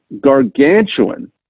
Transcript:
gargantuan